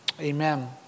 Amen